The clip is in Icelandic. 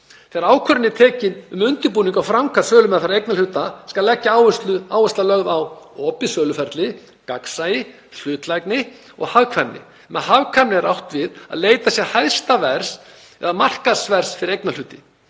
„Þegar ákvörðun er tekin um undirbúning og framkvæmd sölumeðferðar eignarhluta skal áhersla lögð á opið söluferli, gagnsæi, hlutlægni og hagkvæmni. Með hagkvæmni er átt við að leitað sé hæsta verðs eða markaðsverðs fyrir eignarhluti.